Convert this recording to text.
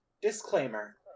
Disclaimer